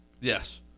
yes